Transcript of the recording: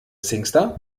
singstar